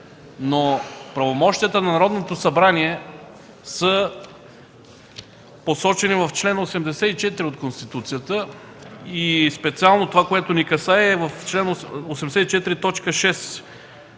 но правомощията на Народното събрание са посочени в чл. 84 от Конституцията и специално това, което ни касае, е в чл. 84,